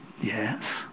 Yes